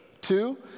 Two